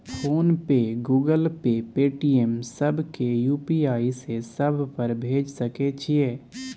Phone पे, Google Pay, Paytm, सब के UPI से सब पर भेज सके छीयै?